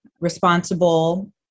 responsible